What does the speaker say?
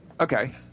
Okay